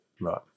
right